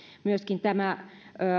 myöskin tämä